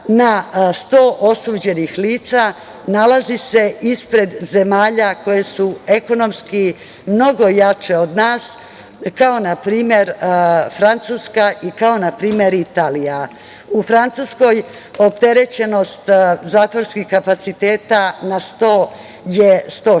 na 100 osuđenih lica nalazi se ispred zemalja koje su ekonomski mnogo jače od nas, kao na primer Francuska, kao na primer Italija. U Francuskoj opterećenost zatvorskih kapaciteta na 100 je 116,